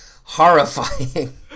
horrifying